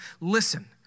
listen